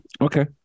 Okay